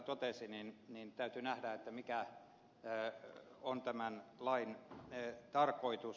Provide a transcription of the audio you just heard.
heinonen täällä totesi täytyy nähdä mikä on tämän lain tarkoitus